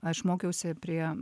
aš mokiausi prie